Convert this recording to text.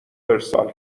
ارسال